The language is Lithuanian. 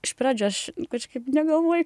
iš pradžių aš kažkaip negalvoju